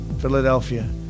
Philadelphia